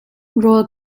rawl